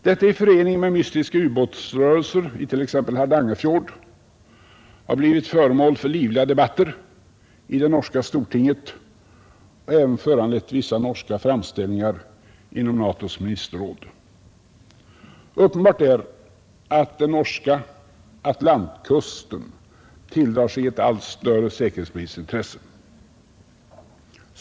Detta i förening med mystiska u-båtsrörelser i t.ex. Hardangerfjorden har blivit föremål för livliga debatter i det norska stortinget och även föranlett vissa norska framställningar inom NATO:s ministerråd. Uppenbart är att norska Atlantkusten tilldrar sig ett allt större säkerhetspolitiskt intresse.